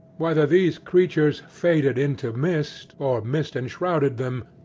whether these creatures faded into mist, or mist enshrouded them,